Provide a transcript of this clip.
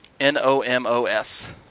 N-O-M-O-S